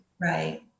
Right